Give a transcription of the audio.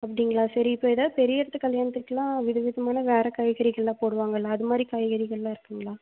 அப்படிங்களா சரி இப்போ ஏதாவது பெரியெடுத்து கல்யாணத்துக்குலா வித விதமான வேறு காய்கறிகள்லா போடுவாங்கல்ல அது மாதிரி காய்கறிகள்லாம் இருக்குதுங்களா